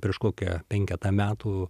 prieš kokią penketą metų